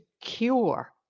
cure